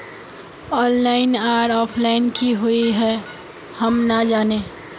Online आर offline की हुई है हम ना जाने?